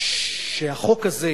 שהחוק הזה,